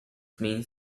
means